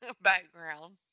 background